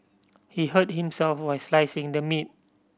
he hurt himself while slicing the meat